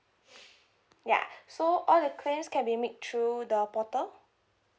ya so all the claims can be made through the portal